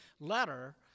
letter